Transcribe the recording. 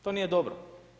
To nije dobro.